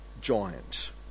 giant